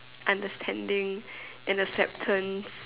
understanding and acceptance